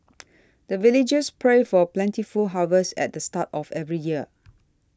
the villagers pray for plentiful harvest at the start of every year